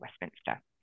Westminster